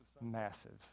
massive